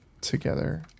together